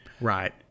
right